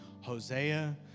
Hosea